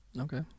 Okay